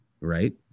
right